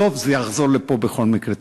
בסוף זה יחזור לפה בכל מקרה.